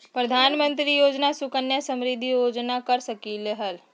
प्रधानमंत्री योजना सुकन्या समृद्धि योजना कर सकलीहल?